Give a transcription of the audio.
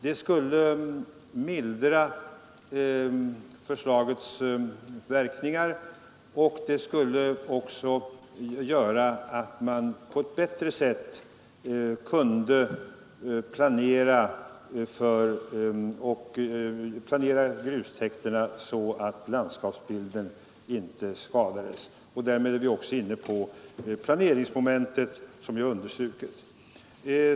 Det skulle mildra förslagets verkningar, och det skulle också göra att man på ett bättre sätt kunde planera grustäkterna så att landskapsbilden inte skadades. Därmed är vi också inne på planeringsmomentet som jag tidigare understrukit.